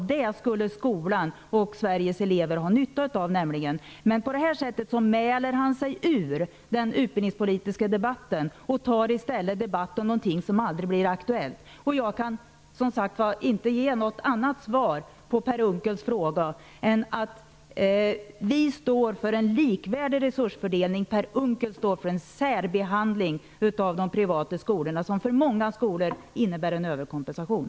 Det skulle skolan och Sveriges elever ha nytta av. På detta sätt mäler sig utbildningsministern ur den utbildningspolitiska debatten och tar i stället debatt om någonting som aldrig blir aktuellt. Jag kan inte ge något annat svar på Per Unckels fråga än att vi socialdemokrater står för en likvärdig resursfördelning. Per Unckel står för en särbehandling av de privata skolorna, vilket för många skolor innebär en överkompensation.